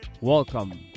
welcome